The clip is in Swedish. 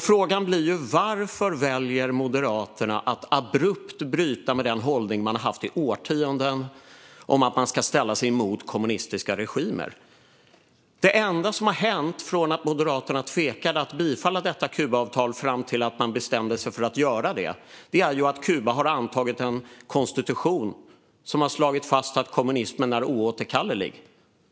Frågan blir varför Moderaterna väljer att abrupt bryta med den hållning som man har haft i årtionden om att man ska ställa sig mot kommunistiska regimer. Det enda som har hänt från det att Moderaterna tvekade till att bifalla detta Kubaavtal fram till att man bestämde sig för att göra det är att Kuba har antagit en konstitution som har slagit fast att kommunismen är oåterkallelig.